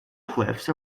cliffs